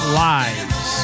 lives